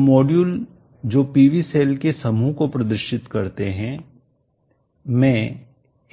तो मॉड्यूल जो PV cells के समूह को प्रदर्शित करते हैं में